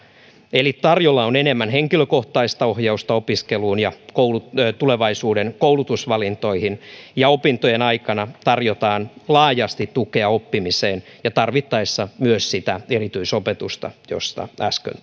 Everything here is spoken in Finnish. eli tarjolla on enemmän henkilökohtaista ohjausta opiskeluun ja tulevaisuuden koulutusvalintoihin ja opintojen aikana tarjotaan laajasti tukea oppimiseen ja tarvittaessa myös sitä erityisopetusta kuten äsken